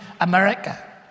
America